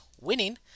winning